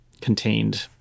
contained